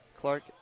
Clark